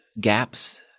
gaps